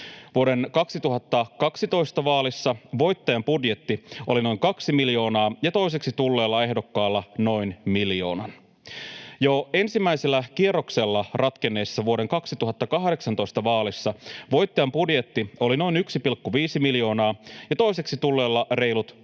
Vuoden 2012 vaaleissa voittajan budjetti oli noin kaksi miljoonaa ja toiseksi tulleella ehdokkaalla noin miljoonan. Jo ensimmäisellä kierroksella ratkenneissa vuoden 2018 vaaleissa voittajan budjetti oli noin 1,5 miljoonaa ja toiseksi tulleella reilut 300